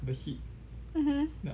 mmhmm